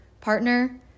partner